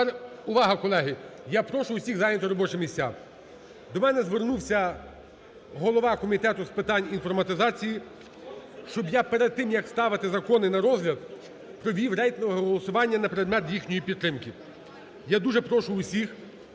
увага, колеги, я прошу усіх зайняти робочі місця. До мене звернувся голова Комітету з питань інформатизації, щоб я перед тим, як ставити закони на розгляд, провів рейтингове голосування на предмет їхньої підтримки. Я дуже прошу всіх